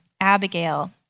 Abigail